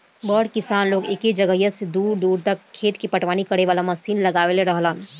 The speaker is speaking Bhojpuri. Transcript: बड़ किसान लोग एके जगहिया से दूर दूर तक खेत के पटवनी करे वाला मशीन लगवले रहेलन